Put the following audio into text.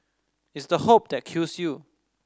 it's the hope that kills you